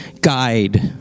guide